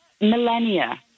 millennia